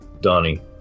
Donnie